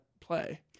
play